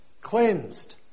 cleansed